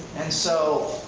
and so,